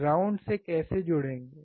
ground से कैसे जुड़ेंगे